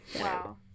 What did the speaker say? Wow